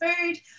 food